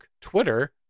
Twitter